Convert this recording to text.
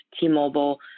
T-Mobile